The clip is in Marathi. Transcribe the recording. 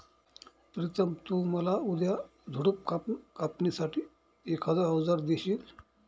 प्रितम तु मला उद्या झुडप कापणी साठी एखाद अवजार देशील?